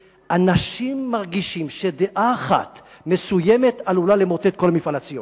שאנשים מרגישים שדעה אחת מסוימת עלולה למוטט את כל המפעל הציוני,